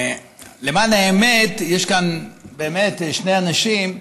למען האמת יש כאן באמת שני אנשים,